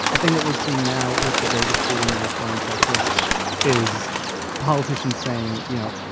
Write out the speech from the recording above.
a thing that we're seeing now with the vegas shooting and this one in texas is politicians saying, you know,